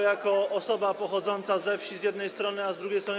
Jako osoba pochodząca ze wsi z jednej strony, a z drugiej strony.